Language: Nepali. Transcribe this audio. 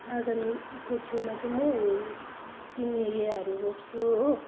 आँगनको छेउमा चाहिँ म सिनेरियाहरू रोप्छु हो